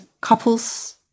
Couples